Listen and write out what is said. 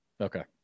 Okay